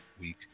week